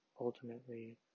ultimately